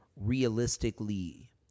Realistically